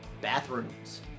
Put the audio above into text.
Bathrooms